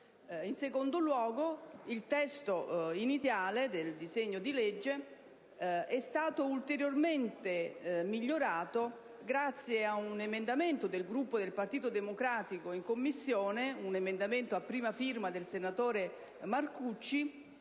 In secondo luogo, il testo iniziale del disegno di legge è stato ulteriormente migliorato grazie a un emendamento del Gruppo del Partito Democratico presentato in Commissione, a prima firma del senatore Marcucci,